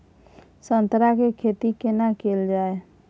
संतरा के खेती केना कैल जाय?